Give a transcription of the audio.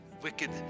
wicked